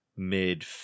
mid